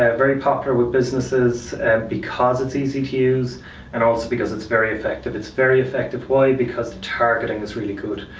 ah very popular with businesses because it's easy to use and also because it's very effective. it's very effective, why? because the targeting is really good.